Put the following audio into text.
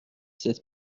sept